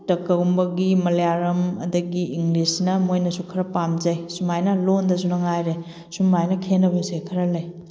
ꯇꯀꯥꯒꯨꯝꯕꯒꯤ ꯃꯂꯌꯥꯂꯝ ꯑꯗꯒꯤ ꯏꯪꯂꯤꯁꯅ ꯃꯣꯏꯅꯁꯨ ꯈꯔ ꯄꯥꯝꯖꯩ ꯁꯨꯃꯥꯏꯅ ꯂꯣꯟꯗꯁꯨ ꯃꯉꯥꯏꯔꯦ ꯁꯨꯃꯥꯏꯅ ꯈꯦꯠꯅꯕꯁꯦ ꯈꯔ ꯂꯩ